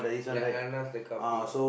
like that kind of thing lah